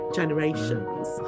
generations